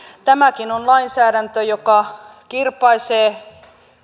tämäkin on lainsäädäntö joka kirpaisee